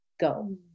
go